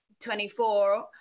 24